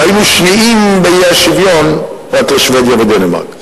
והיינו שניים באי-שוויון, פרט לשבדיה ודנמרק.